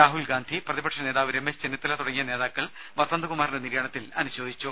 രാഹുൽഗാന്ധി പ്രതിപക്ഷ നേതാവ് രമേശ് ചെന്നിത്തല തുടങ്ങിയ നേതാക്കൾ വസന്ത്കുമാറിന്റെ നിര്യാണത്തിൽ അനുശോചിച്ചു